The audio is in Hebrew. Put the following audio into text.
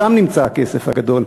שם נמצא הכסף הגדול,